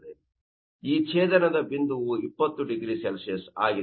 ಆದ್ದರಿಂದ ಈ ಛೇದನದ ಬಿಂದುವು 20 0C ಆಗಿದೆ